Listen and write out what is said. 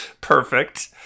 Perfect